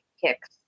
kicks